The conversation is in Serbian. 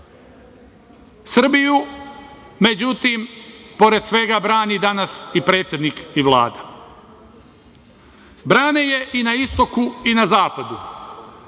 Srbiju pored svega brani danas i predsednik i Vlada. Brane je i na istoku i na zapadu.